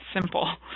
simple